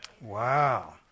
Wow